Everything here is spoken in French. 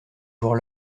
jour